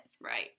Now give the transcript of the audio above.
Right